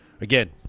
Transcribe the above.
Again